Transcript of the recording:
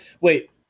wait